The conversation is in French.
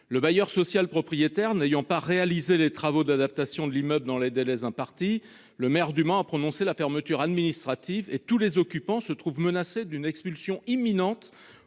Le bailleur social propriétaire n'ayant pas réalisé les travaux d'adaptation de l'immeuble dans les délais impartis. Le maire du Mans a prononcé la fermeture administrative et tous les occupants se trouvent menacés d'une expulsion imminente,